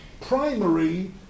primary